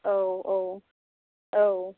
औ औ औ